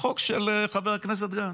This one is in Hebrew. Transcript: החוק של חבר הכנסת גנץ.